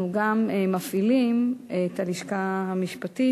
אנחנו גם מפעילים את הלשכה המשפטית